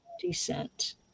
descent